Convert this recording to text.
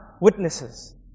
witnesses